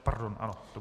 Pardon, ano.